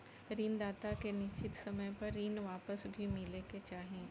ऋण दाता के निश्चित समय पर ऋण वापस भी मिले के चाही